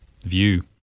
view